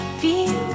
feel